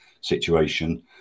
situation